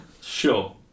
Sure